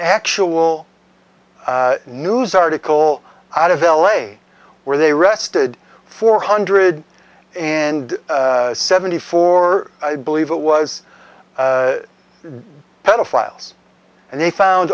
actual news article out of l a where they arrested four hundred and seventy four i believe it was pedophiles and they found